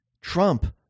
Trump